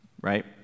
right